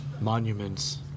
Monuments